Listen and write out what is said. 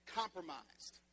compromised